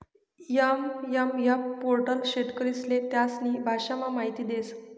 SMF portal शेतकरीस्ले त्यास्नी भाषामा माहिती देस